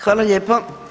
Hvala lijepo.